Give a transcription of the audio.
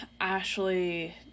Ashley